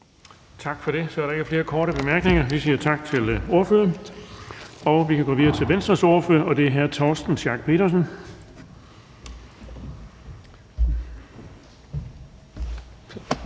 Tak for det. Så er der ikke flere korte bemærkninger. Jeg siger tak til ordføreren. Vi kan gå videre til Venstres ordfører, og det er hr. Torsten Schack Pedersen. Kl.